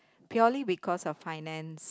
purely because of finance